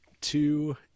two